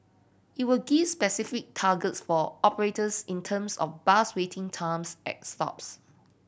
it will give specific targets for operators in terms of bus waiting times at stops